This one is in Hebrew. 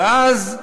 ואז: